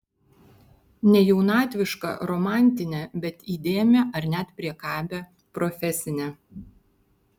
ne jaunatvišką romantinę bet įdėmią ar net priekabią profesinę